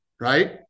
right